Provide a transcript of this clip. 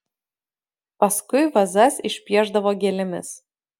paskui vazas išpiešdavo gėlėmis